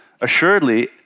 Assuredly